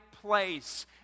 place